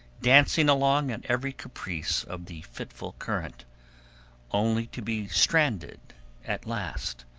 dancing along at every caprice of the fitful current only to be stranded at last,